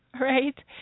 Right